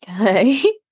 okay